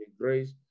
grace